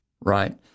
Right